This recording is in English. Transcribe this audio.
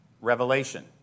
Revelation